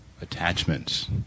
attachments